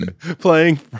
playing